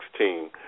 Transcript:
2016